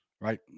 right